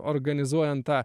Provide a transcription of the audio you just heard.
organizuojant tą